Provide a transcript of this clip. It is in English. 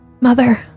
Mother